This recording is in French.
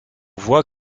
voit